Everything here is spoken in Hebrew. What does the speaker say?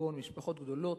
כגון משפחות גדולות,